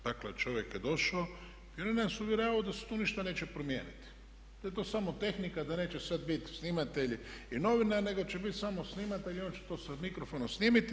Dakle, čovjek je došao i onda nas uvjeravao da se tu ništa neće promijeniti, da je to samo tehnika, da neće sad biti snimatelji i novinari nego će biti samo snimatelj i on će to sa mikrofonom snimiti.